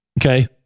okay